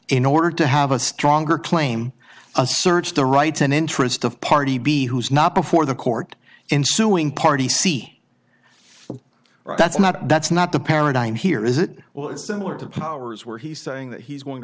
in order to have a stronger claim a search the rights and interest of party b who is not before the court and suing party see well that's not that's not the paradigm here is it well it's similar to ours where he's saying that he's going to